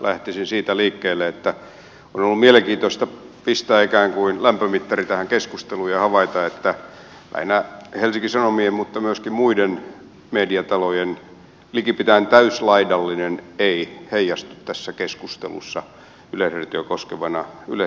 lähtisin siitä liikkeelle että on ollut mielenkiintoista pistää ikään kuin lämpömittari tähän keskusteluun ja havaita että lähinnä helsingin sanomien mutta myöskin muiden mediatalojen likipitäen täyslaidallinen ei heijastu tässä keskustelussa yleisradiota koskevana arviona